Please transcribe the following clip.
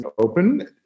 open